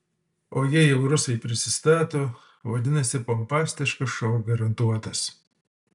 o jei jau rusai prisistato vadinasi pompastiškas šou garantuotas